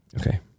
Okay